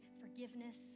forgiveness